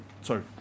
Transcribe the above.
Sorry